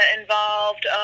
involved